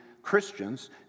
Christians